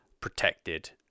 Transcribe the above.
protected